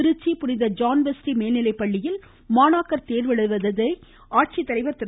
திருச்சி புனித John Vestry மேல்நிலைப்பள்ளியில் மாணாக்கர் தேர்வு எழுதுவதை ஆட்சித்தலைவர் திரு